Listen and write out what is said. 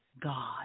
God